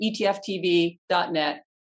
etftv.net